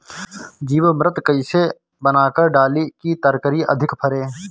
जीवमृत कईसे बनाकर डाली की तरकरी अधिक फरे?